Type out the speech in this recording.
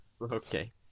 Okay